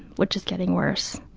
which is getting worse.